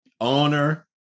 owner